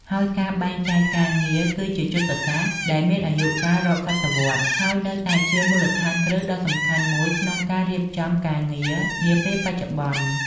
ហើយការបែងចែកការងារគឺជាយុទ្ធសាស្ត្រដែលមានអាយុកាលរាប់សតវត្សរ៍ ហើយនៅតែជាមូលដ្ឋានគ្រឹះដ៏សំខាន់មួយក្នុងការរៀបចំការងារនាពេលបច្ចុប្បន្ន។